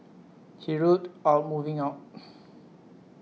he ruled out moving out